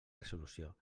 resolució